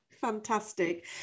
Fantastic